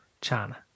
China